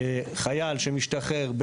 חייל שמשתחרר,